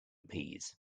peas